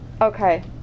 Okay